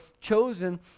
chosen